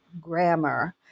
grammar